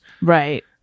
Right